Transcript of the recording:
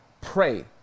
pray